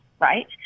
right